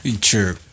sure